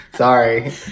Sorry